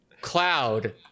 cloud